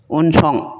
उनसं